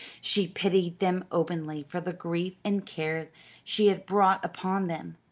she pitied them openly for the grief and care she had brought upon them,